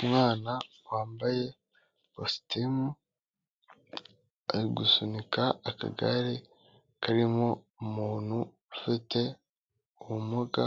Umwana wambaye kositimu, ari gusunika akagare karimo umuntu ufite ubumuga